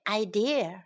idea